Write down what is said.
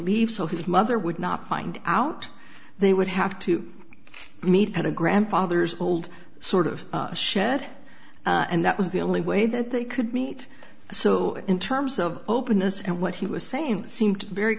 leave so his mother would not find out they would have to meet at a grandfather's old sort of shed and that was the only way that they could meet so in terms of openness and what he was saying seemed very